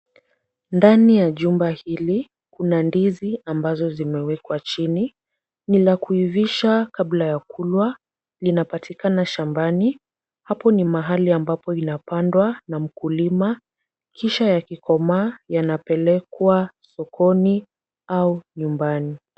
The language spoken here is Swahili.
Ndani ya jumba hili kuna ndizi ambazo zimewekwa chini. Ni la kuivisha kabla ya kulwa, linapatikana shambani. Hapo ni mahali ambapo inapandwa na mkulima kisha yakikomaa yanapelekwa sokoni au nyumbani.